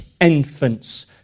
infants